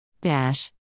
Dash